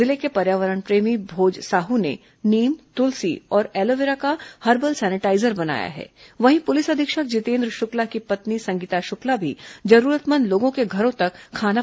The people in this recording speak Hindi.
जिले के पर्यावरण प्रेमी भोज साहू ने नीम तुलसी और एलोविरा का हर्बल सैनिटाईजर बनाया पुलिस अधीक्षक जितेन्द्र शुक्ला की पत्नी संगीता शुक्ला भी जरूरतमंद लोगों के घरों तक खाना है